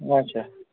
اَچھا